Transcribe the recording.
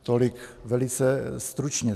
Tolik velice stručně.